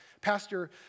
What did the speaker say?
pastor